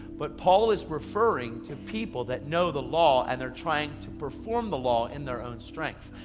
but paul is referring to people that know the law, and they're trying to perform the law in their own strength.